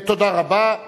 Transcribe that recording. תודה רבה.